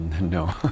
No